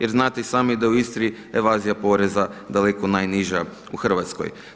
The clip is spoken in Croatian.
Jer znate i sami da u Istri evazija poreza je daleko najniža u Hrvatskoj.